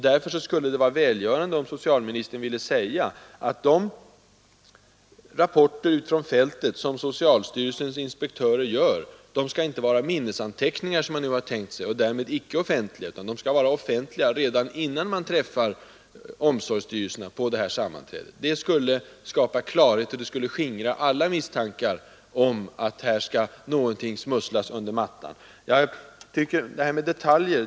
Därför skulle det vara välgörande om socialministern ville säga ifrån att de rapporter utifrån fältet som socialstyrelsens inspektörer upprättar inte skall vara minnesanteckningar, som man nu har tänkt sig — och därmed icke offentliga — utan att de skall vara offentliga redan innan sammanträdena med omsorgsstyrelserna äger rum. Det skulle skapa klarhet, och det skulle skingra alla misstankar om att någonting skall smusslas under mattan. Det låter så abstrakt att bara tala om ”detaljer”.